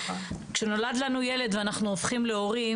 כשנולד לנו ילד ואנחנו הופכים להורים,